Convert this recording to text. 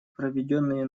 проведенные